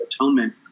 atonement